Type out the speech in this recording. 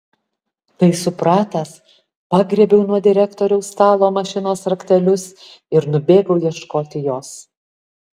tai supratęs pagriebiau nuo direktoriaus stalo mašinos raktelius ir nubėgau ieškoti jos